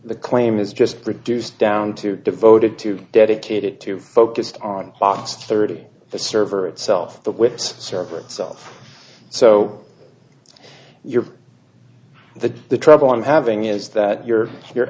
the claim is just reduced down to devoted to dedicated to focused on box thirty the server itself the with its server itself so you're the the trouble i'm having is that you're